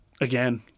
Again